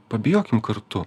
pabijokim kartu